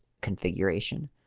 configuration